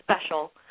special